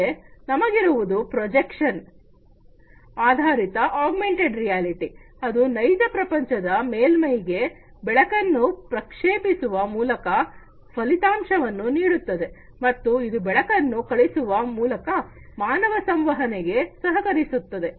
ಮತ್ತೆ ನಮಗಿರುವುದು ಪ್ರೊಜೆಕ್ಷನ್ ಆಧಾರಿತ ಆಗ್ಮೆಂಟೆಡ್ ರಿಯಾಲಿಟಿಯ ಅದು ನೈಜ ಪ್ರಪಂಚದ ಮೇಲ್ಮೈಗೆ ಬೆಳಕನ್ನು ಪ್ರಕ್ಷೇಪಿಸುವ ಮೂಲಕ ಫಲಿತಾಂಶವನ್ನು ನೀಡುತ್ತದೆ ಮತ್ತು ಇದು ಬೆಳಕನ್ನು ಕಳಿಸುವ ಮೂಲಕ ಮಾನವ ಸಂವಹನೆಗೆ ಸಹಕರಿಸುತ್ತದೆ